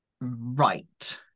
right